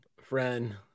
friend